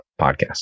Podcast